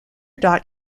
dot